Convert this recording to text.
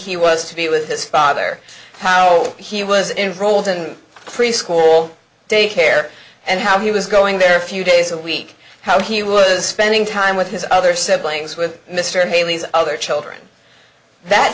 he was to be with his father how he was in roles and preschool daycare and how he was going there a few days a week how he was spending time with his other siblings with mr haley's other children that